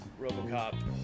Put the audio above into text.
Robocop